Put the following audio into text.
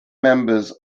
members